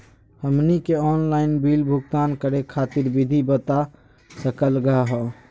हमनी के online bill भुगतान करे खातीर विधि बता सकलघ हो?